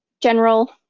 general